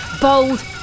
bold